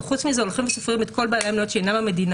אבל חוץ מזה הולכים וסופרים את כל בעלי המניות שאינם המדינה